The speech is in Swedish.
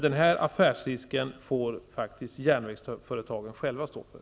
Den affärsrisken får faktiskt järnvägsföretagen själva stå för.